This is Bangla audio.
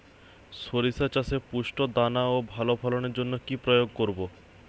শরিষা চাষে পুষ্ট দানা ও ভালো ফলনের জন্য কি প্রয়োগ করব?